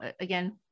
again